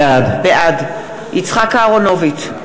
בעד יצחק אהרונוביץ,